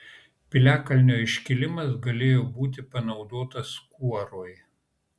piliakalnio iškilimas galėjo būti panaudotas kuorui